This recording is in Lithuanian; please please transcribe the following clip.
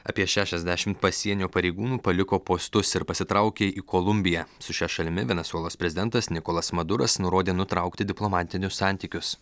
apie šešiasdešimt pasienio pareigūnų paliko postus ir pasitraukė į kolumbiją su šia šalimi venesuelos prezidentas nikolas maduras nurodė nutraukti diplomatinius santykius